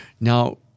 Now